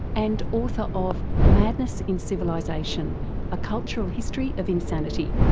and author of madness in civilisation a cultural history of insanity.